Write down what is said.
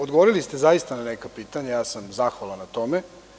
Odgovorili ste zaista na neka pitanja i zahvalan sam na tome.